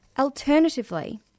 Alternatively